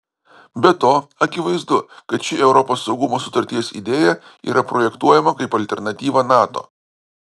be to akivaizdu kad ši europos saugumo sutarties idėja yra projektuojama kaip alternatyva nato